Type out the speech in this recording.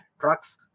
trucks